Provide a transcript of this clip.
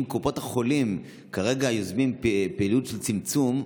אם קופות החולים כרגע יוזמות פעילות של צמצום,